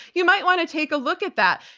you might want to take a look at that.